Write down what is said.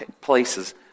places